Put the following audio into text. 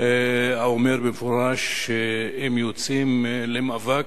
האומר במפורש שהם יוצאים למאבק.